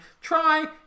try